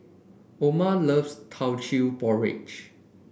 Orma loves Teochew Porridge